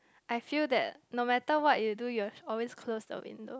I feel that no matter what you do you always close the window